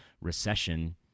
recession